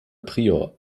prior